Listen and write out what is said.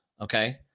okay